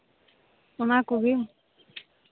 ᱚᱱᱟ ᱠᱚᱜᱮ